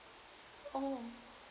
oh